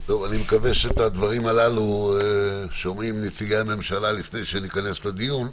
אני מקווה שאת הדברים הללו שומעים נציגי הממשלה לפני שניכנס לדיון.